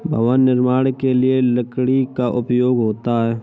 भवन निर्माण के लिए लकड़ी का उपयोग होता है